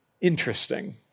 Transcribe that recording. interesting